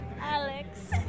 Alex